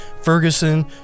Ferguson